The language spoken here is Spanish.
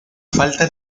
falta